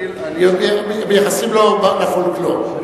מייחסים לו בפולקלור.